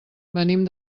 venim